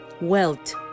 Wealth